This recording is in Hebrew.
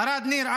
ערד ניר,